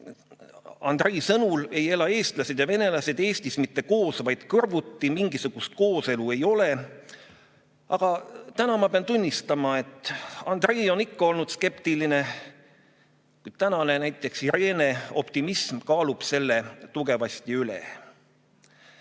Andrei sõnul ei ela eestlased ja venelased Eestis mitte koos, vaid kõrvuti. Mingisugust kooselu ei ole. Aga täna ma pean tunnistama, et Andrei on ikka olnud skeptiline. Tänane näiteks Irene optimism kaalub selle tugevasti